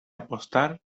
apostar